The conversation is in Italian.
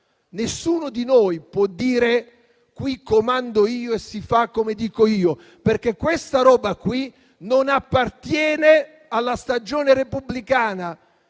Nessuno di noi può dire: qui comando io e si fa come dico io, perché questa roba non appartiene alla stagione repubblicana